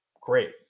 great